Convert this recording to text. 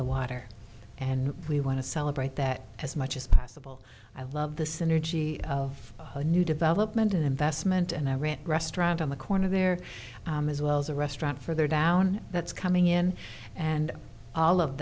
the water and we want to celebrate that as much as possible i love the synergy of a new development investment and i ran restaurant on the corner there as well as a restaurant for their down that's coming in and all of